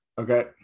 Okay